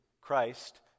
Christ